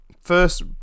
first